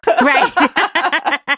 Right